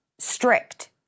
Strict